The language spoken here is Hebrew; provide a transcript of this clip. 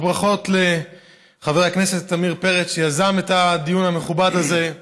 וברכות לחבר הכנסת עמיר פרץ שיזם את הדיון המכובד הזה,